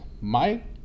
Mike